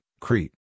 Crete